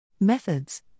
Methods